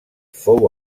fou